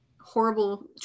horrible